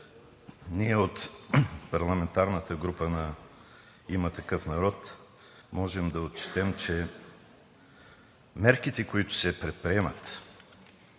ние от парламентарната група на „Има такъв народ“ можем да отчетем, че мерките, които се предприемат